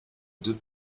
deux